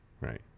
right